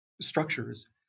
structures